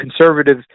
conservative